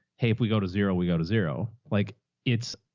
hey, if we go to zero, we go to zero. like it's,